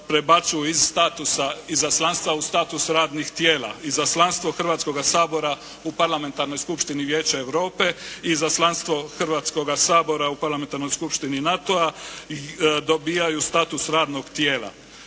statusa izaslanstva u status radnih tijela, Izaslanstvo Hrvatskoga sabora u Parlamentarnoj Skupštini Vijeća Europe i Izaslanstvo Hrvatskoga sabora u Parlamentarnoj Skupštini NATO-a i dobijaju status radnog tijela.